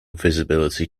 visibility